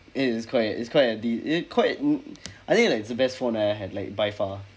it is quite it's quite a de~ it is quite I think like it's the best phone I ever had like by far